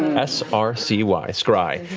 s r c y, scry.